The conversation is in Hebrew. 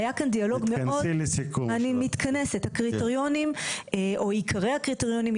או עיקרי הקריטריונים,